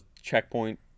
checkpoint